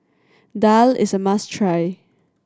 daal is a must try